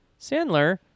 Sandler